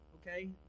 Okay